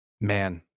Man